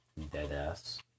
deadass